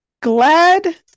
glad